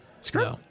Screw